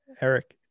Eric